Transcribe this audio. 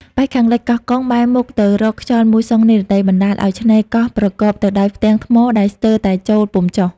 ប៉ែកខាងលិចកោះកុង បែរមុខទៅរកខ្យល់មូសុងនិរតី បណ្តាលអោយឆ្នេរកោះប្រកបទៅដោយផ្ទាំងថ្មដែលស្ទើរតែចូលពុំចុះ ។